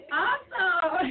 awesome